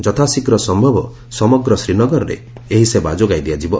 ଯଥାଶୀଘ୍ର ସମ୍ଭବ ସମଗ୍ର ଶ୍ରୀନଗରରେ ଏହି ସେବା ଯୋଗାଇ ଦିଆଯିବ